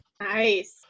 Nice